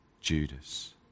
Judas